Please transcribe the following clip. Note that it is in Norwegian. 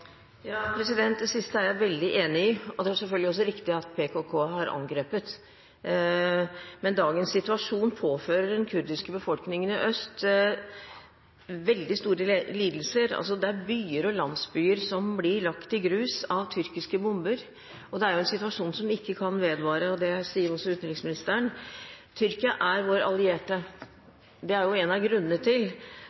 Det siste er jeg veldig enig i, og det er selvfølgelig også riktig at PKK har angrepet, men dagens situasjon påfører den kurdiske befolkningen i øst veldig store lidelser. Det er byer og landsbyer som blir lagt i grus av tyrkiske bomber. Det er en situasjon som ikke kan vedvare, og det sier også utenriksministeren. Tyrkia er vår allierte.